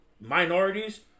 minorities